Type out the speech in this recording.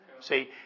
See